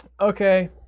Okay